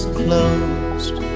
closed